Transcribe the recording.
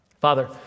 Father